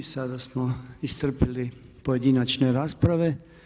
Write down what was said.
I sada smo iscrpili pojedinačne rasprave.